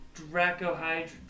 Dracohydra